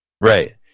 Right